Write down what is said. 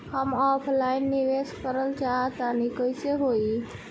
हम ऑफलाइन निवेस करलऽ चाह तनि कइसे होई?